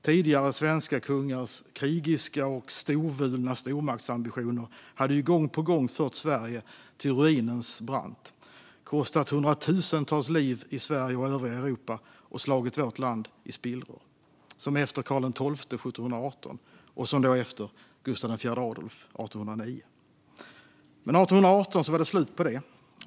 Tidigare svenska kungars krigiska och storvulna stormaktsambitioner hade ju gång på gång fört Sverige till ruinens brant, kostat hundratusentals liv i Sverige och övriga Europa och slagit vårt land i spillror - som efter Karl XII 1718 och som efter Gustav IV Adolf 1809. Men 1818 var det slut på det.